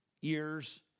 years